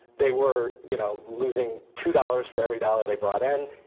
they were you know losing two dollars for every dollar they brought in.